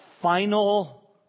final